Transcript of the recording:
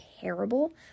terrible